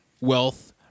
wealth